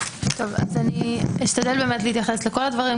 אשתדל להתייחס לכל הדברים,